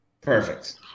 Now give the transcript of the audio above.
Perfect